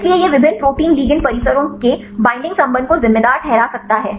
इसलिए यह विभिन्न प्रोटीन लिगैंड परिसरों के बैंडिंग संबंध को जिम्मेदार ठहरा सकता है